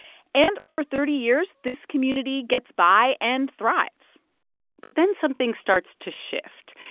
and for thirty years, this community gets by and thrives but then something starts to shift.